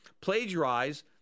plagiarize